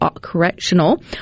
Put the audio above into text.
correctional